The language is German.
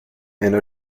einer